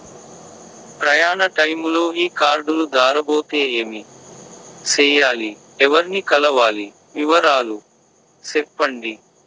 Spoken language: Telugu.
ప్రయాణ టైములో ఈ కార్డులు దారబోతే ఏమి సెయ్యాలి? ఎవర్ని కలవాలి? వివరాలు సెప్పండి?